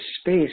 space